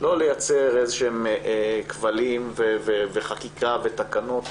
לא לייצר איזה שהם כבלים וחקיקה ותקנות,